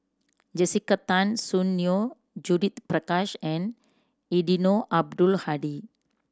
Jessica Tan Soon Neo Judith Prakash and Eddino Abdul Hadi